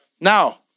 Now